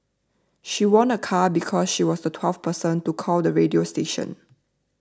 she won a car because she was the twelfth person to call the radio station